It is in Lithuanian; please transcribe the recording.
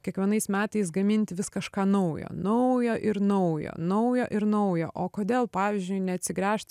kiekvienais metais gaminti vis kažką naujo naujo ir naujo naujo ir naujo o kodėl pavyzdžiui neatsigręžt